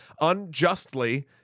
unjustly